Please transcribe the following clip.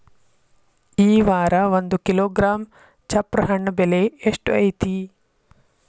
ಈ ವಾರ ಒಂದು ಕಿಲೋಗ್ರಾಂ ಚಪ್ರ ಹಣ್ಣ ಬೆಲೆ ಎಷ್ಟು ಐತಿ?